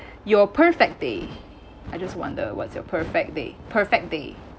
your perfect day I just wonder what's your perfect day perfect day